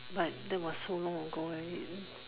but that was so long ago already